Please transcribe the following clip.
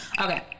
Okay